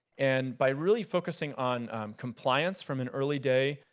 and by really focusing on compliance from an early day,